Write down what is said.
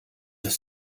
das